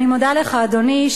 אני מודה לך, אדוני,